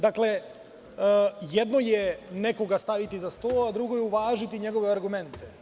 Dakle, jedno je nekoga staviti za sto, a drugo je uvažiti njegove argumente.